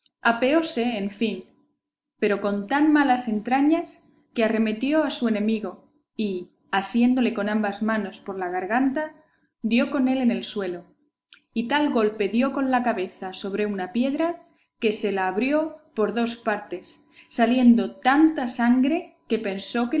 asturiano apeóse en fin pero con tan malas entrañas que arremetió a su enemigo y asiéndole con ambas manos por la garganta dio con él en el suelo y tal golpe dio con la cabeza sobre una piedra que se la abrió por dos partes saliendo tanta sangre que pensó